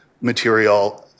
material